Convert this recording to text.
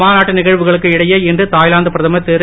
மாநாட்டு நிகழ்வுகளுக்கு இடையே இன்று தாய்லாந்து பிரதமர் திரு